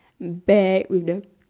bag with the